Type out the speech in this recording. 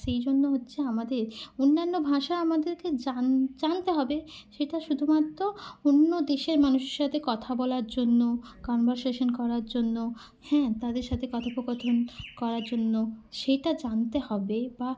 সেই জন্য হচ্ছে আমাদের অন্যান্য ভাষা আমাদেরকে জানতে হবে সেটা শুধুমাত্র অন্য দেশের মানুষের সাথে কথা বলার জন্য কনভারসেশান করার জন্য হ্যাঁ তাদের সাথে কথোপকথন করার জন্য সেটা জানতে হবে বা